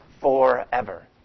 forever